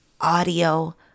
audio